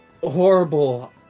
horrible